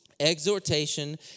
Exhortation